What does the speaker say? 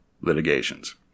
litigations